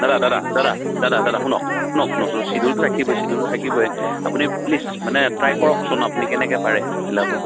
দাদা দাদা দাদা দাদা দাদা শুনক শুনক শুনকচোন ছিডিউলটো থাকিবই ছিডিউলটো থাকিবই আপুনি প্লিজ মানে ত্ৰায় কৰকচোন আপুনি কেনেকৈ পাৰে মিলাব